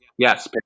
Yes